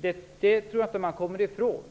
tror jag inte att man kommer ifrån.